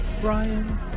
Brian